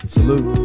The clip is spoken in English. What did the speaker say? Salute